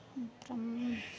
அப்புறம்